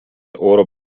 oro